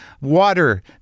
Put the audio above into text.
water